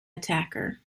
attacker